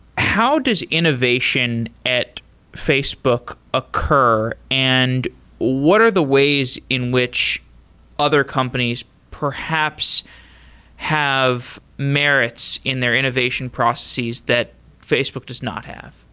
how does innovation at facebook occur and what are the ways in which other companies perhaps have merits in their innovation processes that facebook does not have?